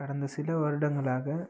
கடந்த சில வருடங்களாக